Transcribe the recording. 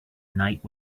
night